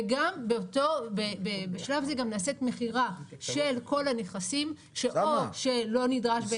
וגם בשלב זה גם נעשית מכירה של כל הנכסים שאו לא נדרש,